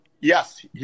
yes